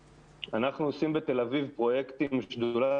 אנחנו עושים בתל אביב פרויקט עם שדולת